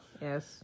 Yes